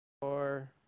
four